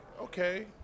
okay